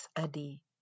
Adi